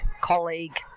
colleague